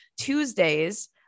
Tuesdays